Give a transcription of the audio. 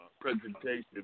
presentation